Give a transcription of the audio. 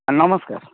ନମସ୍କାର